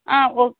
ஆ ஓ